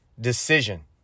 Decision